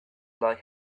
like